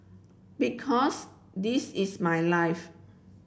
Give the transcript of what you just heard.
because this is my life